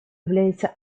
является